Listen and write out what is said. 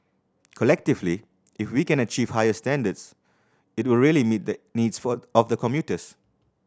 collectively if we can achieve higher standards it will really meet the needs for of the commuters